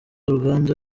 uruganda